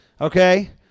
Okay